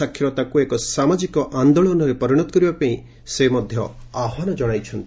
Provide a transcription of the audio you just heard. ସାକ୍ଷରତାକୁ ଏକ ସାମାଜିକ ଆନ୍ଦୋଳନରେ ପରିଣତ କରିବା ପାଇଁ ସେ ମଧ୍ୟ ସେ ଆହ୍ୱାନ ଜଣାଇଛନ୍ତି